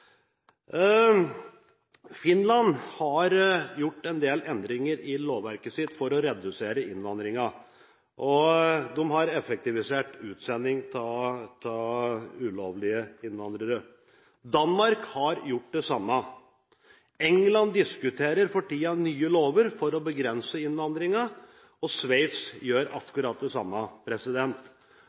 Finland har gjort en del endringer i lovverket sitt for å redusere innvandringen, og de har effektivisert utsendingen av ulovlige innvandrere. Danmark har gjort det samme. I England diskuterer man for tiden nye lover for å begrense innvandringen, og i Sveits gjør man akkurat det samme.